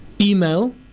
email